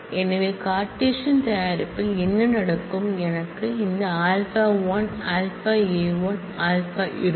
எனவே கார்ட்டீசியன் தயாரிப்பில் என்ன நடக்கும் எனக்கு இந்த α 1 α a 1 ஆல்பா இருக்கும்